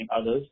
others